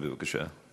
בבקשה.